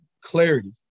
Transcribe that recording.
clarity